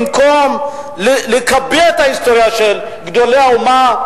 במקום לקבע את ההיסטוריה של גדולי האומה,